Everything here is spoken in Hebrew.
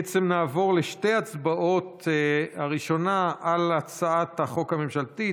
בעצם נעבור לשתי הצבעות הראשונה על הצעת החוק הממשלתית,